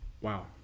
Wow